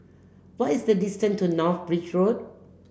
what is the distance to North Bridge Road